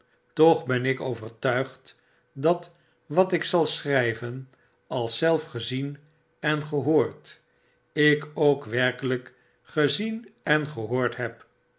toch ben ik overtuigd dat wat ik zal schryven als zelf gezien en gehoord ik ook werkelyk gezien en gehoord heb